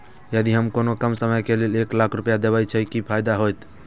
यदि हम कोनो कम समय के लेल एक लाख रुपए देब छै कि फायदा होयत?